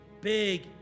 big